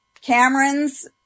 Cameron's